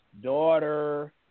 daughter